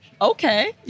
okay